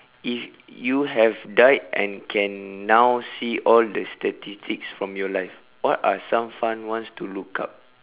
if you have died and can now see all the statistics from your life what are some fun ones to look up